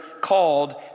called